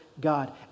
God